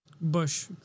Bush